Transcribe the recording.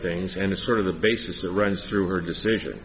things and it's sort of the basis that runs through her decision